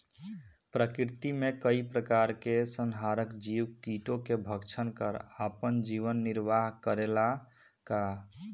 प्रकृति मे कई प्रकार के संहारक जीव कीटो के भक्षन कर आपन जीवन निरवाह करेला का?